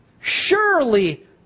Surely